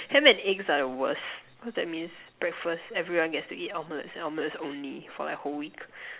ham and eggs are the worse cause that means breakfast everyone gets to eat omelets and omelets only for the whole week